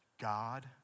God